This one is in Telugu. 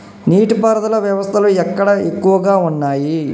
నీటి పారుదల వ్యవస్థలు ఎక్కడ ఎక్కువగా ఉన్నాయి?